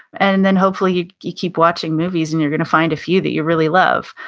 and and then hopefully you keep watching movies and you're gonna find a few that you really love.